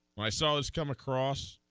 by saws come across